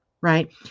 right